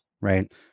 right